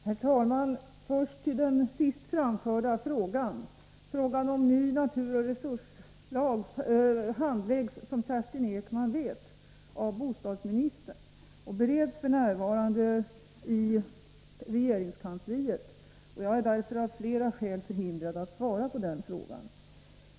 Herr talman! Först till den sist framförda frågan. Frågan om ny naturoch resurslag handläggs, som Kerstin Ekman vet, av bostadsministern och bereds f. n. iregeringskansliet. Jag är därför av flera skäl förhindrad att svara på den frågan.